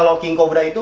um king cobra.